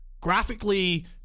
graphically